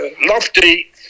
Lofty